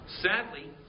Sadly